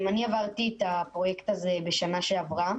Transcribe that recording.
אני עברתי את הפרויקט הזה בשנה שעברה.